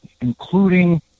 including